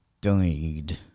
died